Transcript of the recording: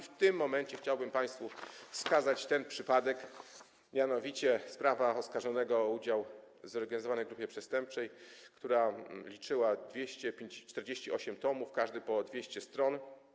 W tym momencie chciałbym państwu wskazać ten przypadek, mianowicie sprawa oskarżonego o udział w zorganizowanej grupie przestępczej, która liczyła 248 tomów, każdy po 200 stron.